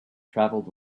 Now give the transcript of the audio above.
travelled